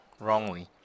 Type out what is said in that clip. wrongly